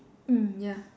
mm ya